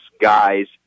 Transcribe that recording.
guy's